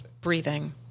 breathing